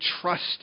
trust